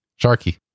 Sharky